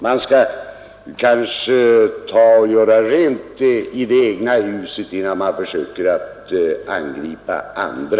Man skall kanske göra rent i sitt eget hus innan man försöker angripa andra.